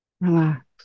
Relax